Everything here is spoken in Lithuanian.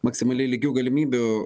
maksimaliai lygių galimybių